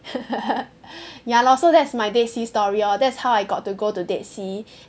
ya lor so that's my dead sea story lor that's how I got to go to dead sea